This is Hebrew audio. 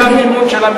זה המימון של המדינה.